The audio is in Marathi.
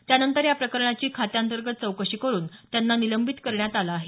त्यानंतर याप्रकरणाची खात्याअंतर्गत चौकशी करून त्यांना निलंबित करण्यात आलं आहे